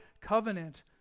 covenant